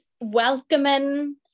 welcoming